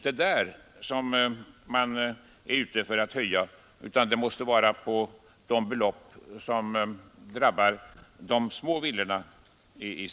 En höjning måste alltså inrikta sig på de små villorna.